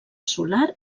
solar